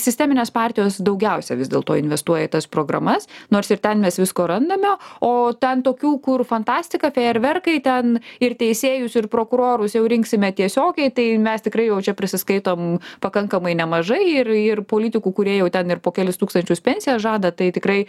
sisteminės partijos daugiausia vis dėlto investuoja į tas programas nors ir ten mes visko randame o ten tokių kur fantastika fejerverkai ten ir teisėjus ir prokurorus jau rinksime tiesiogiai tai mes tikrai jau čia prisiskaitom pakankamai nemažai ir ir politikų kurie jau ten ir po kelis tūkstančius pensijas žada tai tikrai